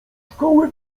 szkoły